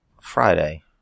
Friday